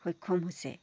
সক্ষম হৈছে